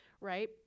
right